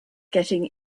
getting